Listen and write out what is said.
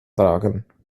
tragen